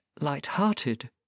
light-hearted